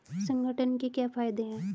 संगठन के क्या फायदें हैं?